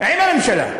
עם הממשלה.